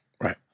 Right